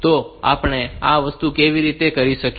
તો આપણે આ વસ્તુ કેવી રીતે કરી શકીએ